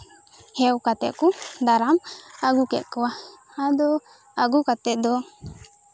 ᱦᱮᱣ ᱠᱟᱛᱮᱫ ᱠᱚ ᱫᱟᱨᱟᱢ ᱟᱹᱜᱩ ᱠᱮᱫ ᱠᱚᱣᱟ ᱟᱫᱚ ᱟᱹᱜᱩ ᱠᱟᱛᱮᱫ ᱫᱚ